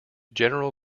general